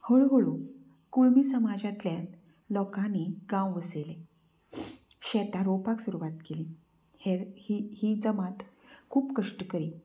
हळू हळू कुणबी समाजांतल्या लोकांनी गांव वसयले शेतां रोंवपाक सुरवात केली हे ही ही जमात खूब कश्टकरी